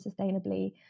sustainably